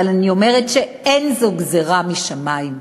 אבל אני אומרת שאין זו גזירה משמים,